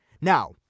now